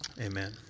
Amen